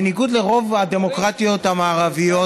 בניגוד לרוב הדמוקרטיות המערביות,